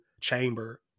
chamber